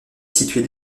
situé